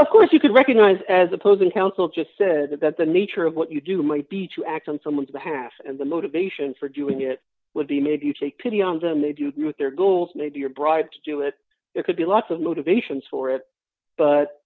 of course you could recognize as opposing counsel just said that the nature of what you do might be to act on someone's behalf and the motivations for doing it would be made if you take pity on them they do with their goals they do your bride to do it it could be lots of motivations for it but